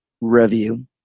review